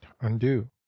undo